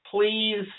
please